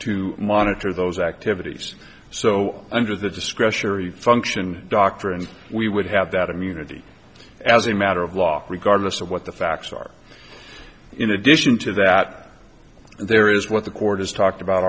to monitor those activities so under the discretionary function doctor and we would have that immunity as a matter of law regardless of what the facts are in addition to that there is what the court has talked about